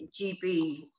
GB